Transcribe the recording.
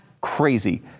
crazy